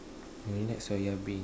oh you like soya bean